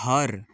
घर